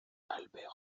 albert